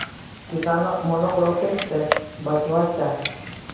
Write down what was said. किसानोक मोनोक्रॉपिंग से बचवार चाही